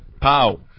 Pow